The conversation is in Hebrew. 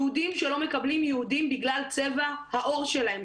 יהודים שלא מקבלים יהודים בגלל צבע העור שלהם.